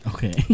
Okay